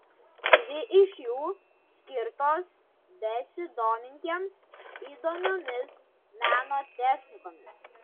dvi iš jų skirtos besidomintiems įdomiomis meno technikomis